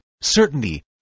certainty